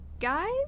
guys